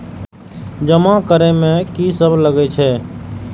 जमा करे में की सब लगे छै?